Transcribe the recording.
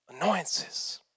annoyances